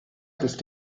ist